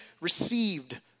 received